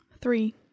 three